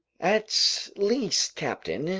at least, captain,